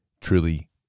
truly